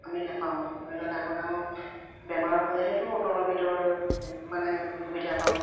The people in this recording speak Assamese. আমি নাপাওঁ ধৰি লওক ডাঙৰ ডাঙৰ বেমাৰ হ'লেহেতো অটল অমৃতৰ মানে আমি সুবিধা পাওঁ